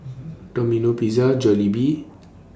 Domino Pizza Jollibee